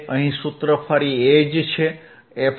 અહીં સૂત્ર ફરી એ જ છે fC112πRC1